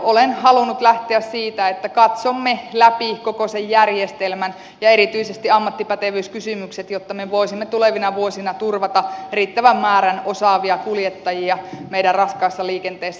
olen halunnut lähteä siitä että katsomme läpi koko sen järjestelmän ja erityisesti ammattipätevyyskysymykset jotta me voisimme tulevina vuosina turvata riittävän määrän osaavia kuljettajia meidän raskaassa liikenteessä